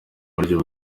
buryo